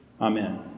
Amen